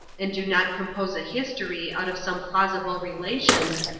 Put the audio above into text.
and do not compose a history out of some plausible relations,